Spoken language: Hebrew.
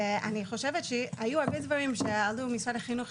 אני חושבת שהיו הרבה דברים שעלו ממשרד החינוך,